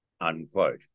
unquote